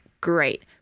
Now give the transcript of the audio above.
great